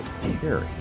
Terry